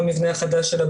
במבנה החדש שלה,